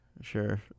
Sure